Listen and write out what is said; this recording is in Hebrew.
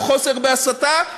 או חוסר בהסתה,